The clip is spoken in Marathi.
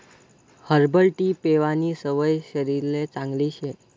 हर्बल टी पेवानी सवय शरीरले चांगली शे